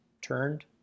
turned